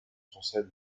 son